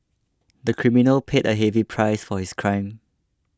the criminal paid a heavy price for his crime